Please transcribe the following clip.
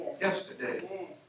yesterday